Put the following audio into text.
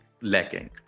lacking